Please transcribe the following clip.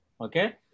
okay